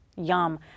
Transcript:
Yum